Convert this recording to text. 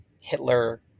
Hitler